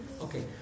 okay